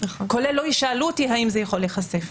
כולל שלא ישאלו אותי האם זה יכול להיחשף.